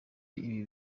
y’ibi